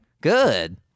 Good